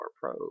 pro